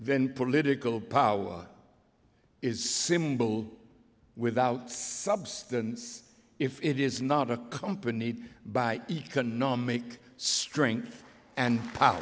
then political power is symbol without substance if it is not accompanied by economic strength and